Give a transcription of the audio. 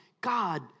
God